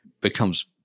becomes